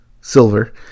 silver